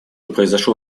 произошло